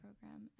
program